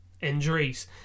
injuries